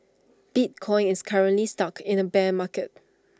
bitcoin is currently stuck in the bear market